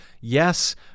yes